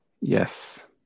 Yes